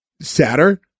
sadder